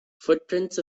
footprints